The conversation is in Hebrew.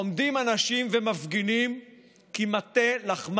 שאם יביאו חוק נורבגי זה יקרב אותנו יותר לאירופה,